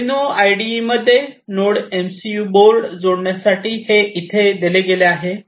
Arduino आयडीईमध्ये node MCU board जोडण्यासाठी हे येथे दिले गेले आहे